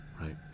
right